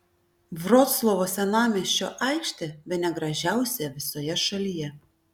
vroclavo senamiesčio aikštė bene gražiausia visoje šalyje